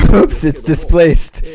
oops it's displaced